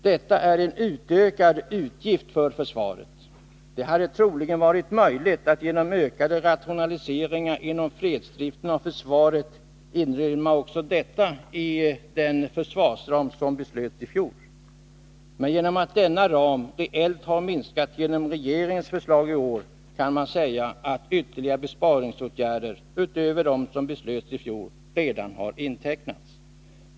Detta innebär en utökad uppgift för försvaret. Det hade troligen varit möjligt att genom ökade rationaliseringar inom fredsdriften av försvaret inrymma också detta i den försvarsram som beslöts i fjol. Men på grund av att denna ram reellt har minskat genom regeringens förslag i år kan man säga att ytterligare besparingsåtgärder — utöver dem som beslöts i fjol — redan har intecknats.